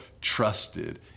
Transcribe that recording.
trusted